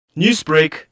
Newsbreak